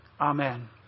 Amen